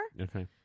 Okay